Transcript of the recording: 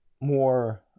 more